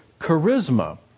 charisma